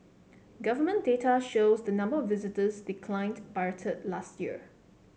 government data shows the number of visitors declined by a third last year